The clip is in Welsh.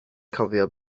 cofio